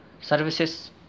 services